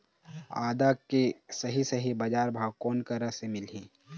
आदा के सही सही बजार भाव कोन करा से मिलही?